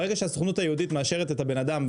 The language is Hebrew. ברגע שהסוכנות היהודית מאשרת את הבן-אדם,